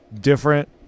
different